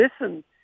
listen